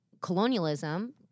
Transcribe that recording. colonialism –